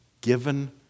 given